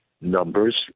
numbers